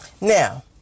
Now